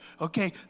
Okay